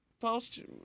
post